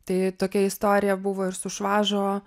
tai tokia istorija buvo ir su švažo